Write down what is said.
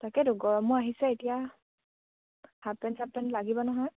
তাকেতো গৰমো আহিছে এতিয়া হাফ পেন্ট চাফ পেন্ট লাগিব নহয়